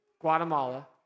Guatemala